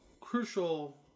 crucial